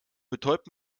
betäubt